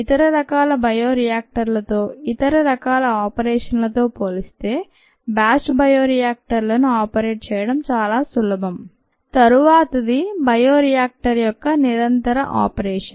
ఇతర రకాల బయో రియాక్టర్లతో ఇతర రకాల ఆపరేషన్లతో పోలిస్తే బ్యాచ్ బయో రియాక్టర్లను ఆపరేట్ చేయడం చాలా సులభం తరువాతది బయోరియాక్టర్ యొక్క నిరంతర ఆపరేషన్